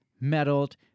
meddled